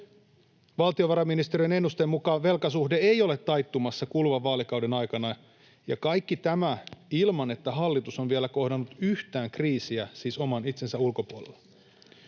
Valtiovarainministeriön ennusteen mukaan velkasuhde ei ole taittumassa kuluvan vaalikauden aikana. Ja kaikki tämä ilman, että hallitus on vielä kohdannut yhtään kriisiä — siis oman itsensä ulkopuolella.